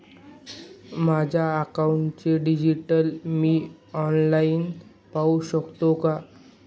माझ्या अकाउंटचे डिटेल्स मी ऑनलाईन पाहू शकतो का?